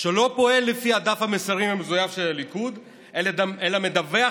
שלא פועל לפי דף המסרים המזויף של הליכוד אלא מדווח